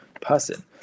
person